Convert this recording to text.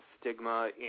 stigma